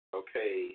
okay